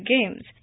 Games